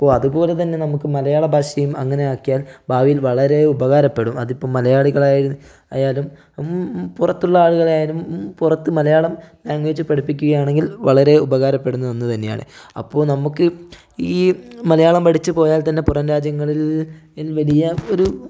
അപ്പോൾ അതുപോലെത്തന്നെ നമുക്ക് മലയാള ഭാഷയും അങ്ങനെ ആക്കിയാൽ ഭാവിയിൽ വളരെ ഉപകാരപ്പെടും അതിപ്പം മലയാളികൾ ആയാലും പുറത്തുള്ള ആളുകളായാലും പുറത്ത് മലയാളം ലാംഗ്വേജ് പഠിപ്പിക്കുകയാണെങ്കിൽ വളരെ ഉപകാരപ്പെടുന്ന ഒന്നുതന്നെയാണ് അപ്പോൾ നമ്മുക്ക് ഈ മലയാളം പഠിച്ചു പോയാൽ തന്നെ പുറം രാജ്യങ്ങളിൽ വലിയ ഒരു